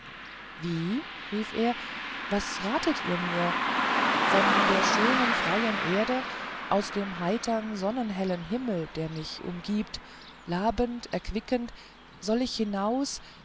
wie rief er was ratet ihr mir von der schönen freien erde aus dem heitern sonnenhellen himmel der mich umgibt labend erquickend soll ich hinaus